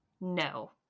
no